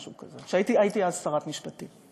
משהו כזה הייתי אז שרת משפטים.